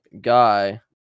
guy